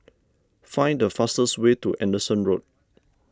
find the fastest way to Anderson Road